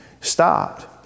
Stopped